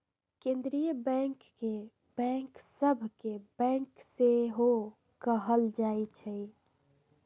केंद्रीय बैंक के बैंक सभ के बैंक सेहो कहल जाइ छइ